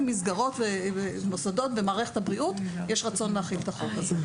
מסגרות ומוסדות במערכת הבריאות יש רצון להחיל את החוק הזה.